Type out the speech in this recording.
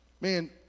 Man